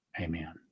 amen